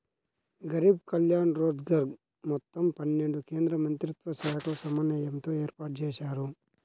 గరీబ్ కళ్యాణ్ రోజ్గర్ మొత్తం పన్నెండు కేంద్రమంత్రిత్వశాఖల సమన్వయంతో ఏర్పాటుజేశారు